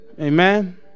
Amen